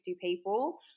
people